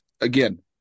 again